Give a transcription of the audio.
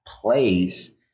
place